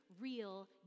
real